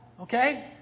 Okay